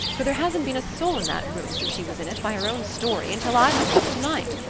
for there hasn't been a soul in that room since she was in it, by her own story, until i went up tonight.